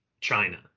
China